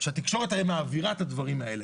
שהתקשורת הרי מעבירה את הדברים האלה.